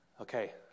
okay